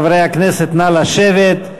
חברי הכנסת, נא לשבת.